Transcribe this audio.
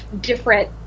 different